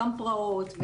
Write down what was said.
גם פרעות,